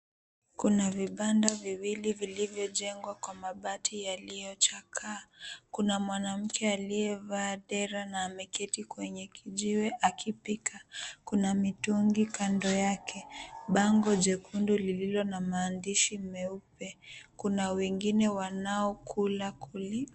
Kuna vibanda viwili vilivyojengwa kwa mabati yaliyochakaa. Kuna mwanamke aliyevaa dera na ameketi kwenye kijiwe akipika. Kuna mitungi kando yake. Bango jekundu lililo na maandishi meupe. Kuna wengine wanaokula kuli.